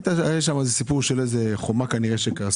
היה שם איזה סיפור של חומה שקרסה,